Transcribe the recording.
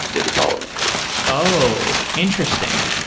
if you follow me oh, interesting.